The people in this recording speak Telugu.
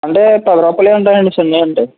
అంటే పదిరూపాయలవి ఉంటాయండీ చిన్నవి అంటే